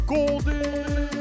Golden